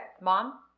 mom